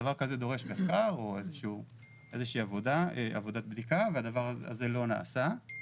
דבר כזה דורש מחקר ועבודת בדיקה וזה לא נעשה.